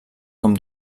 com